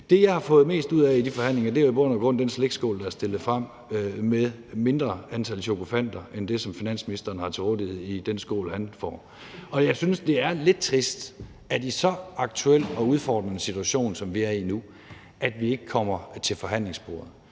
Det, jeg har fået mest ud af i de forhandlinger, er i bund og grund den slikskål, der er stillet frem, med et mindre antal Chokofanter end det antal, finansministeren har til rådighed i den skål, han får. Og jeg synes, det er lidt trist, at vi i en så udfordrende situation, som vi er i nu, ikke kommer til forhandlingsbordet.